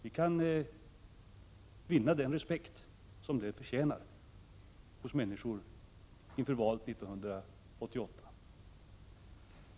Vi kan vinna den respekt som detta förtjänar hos människorna inför valet 1988.